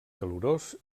calorós